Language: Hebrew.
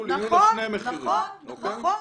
תראה,